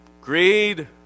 Greed